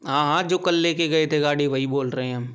हाँ हाँ जो कल लेकर गए थे गाड़ी वही बोल रहे हैं हम